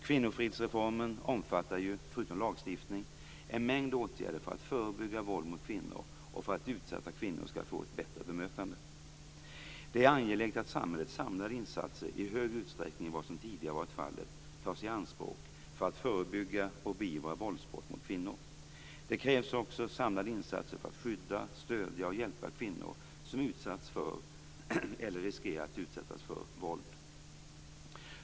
Kvinnofridsreformen omfattar ju, förutom lagstiftning, en mängd åtgärder för att förebygga våld mot kvinnor och för att utsatta kvinnor skall få ett bättre bemötande. Det är angeläget att samhällets samlade insatser i större utsträckning än vad som tidigare varit fallet tas i anspråk för att förebygga och beivra våldsbrott mot kvinnor. Det krävs också samlade insatser för att skydda, stödja och hjälpa kvinnor som utsatts för eller riskerar att utsättas för våld.